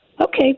Okay